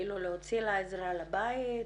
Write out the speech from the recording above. להביא לה עזרה לבית?